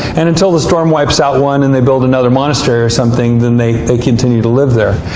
and until the storm wipes out one, and they build another monastery or something, then they they continue to live there.